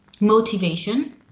motivation